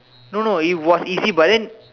no no it was easy but then